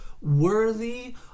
worthy